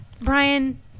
Brian